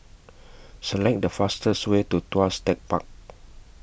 Select The fastest Way to Tuas Tech Park